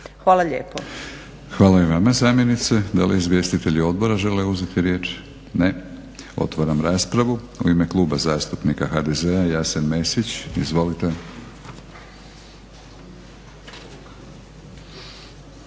Milorad (HNS)** Hvala i vama zamjenice. Da li izvjestitelji odbora žele uzeti riječ? Ne. Otvaram raspravu. U ime Kluba zastupnika HDZ-a Jasen Mesić. Izvolite.